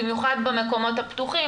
במיוחד במקומות הפתוחים,